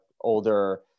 older